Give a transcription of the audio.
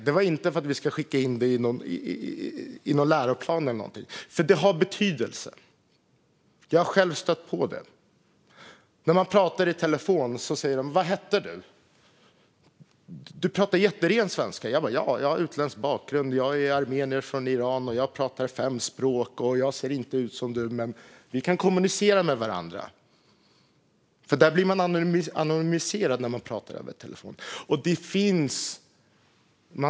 Det handlade inte om att vi skulle skicka in det i någon läroplan eller så, men det har betydelse. Jag har själv stött på det. När man pratar i telefon säger folk: Vad hette du? Du pratar jätteren svenska. Ja, jag har utländsk bakgrund, säger jag. Jag är armenier från Iran och pratar fem språk. Jag ser inte ut som du, men vi kan kommunicera med varandra. När man pratar över telefon blir man anonymiserad.